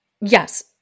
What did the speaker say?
Yes